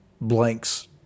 blanks